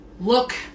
look